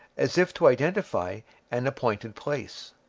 as if to identify an appointed place.